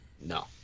no